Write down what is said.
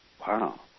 Wow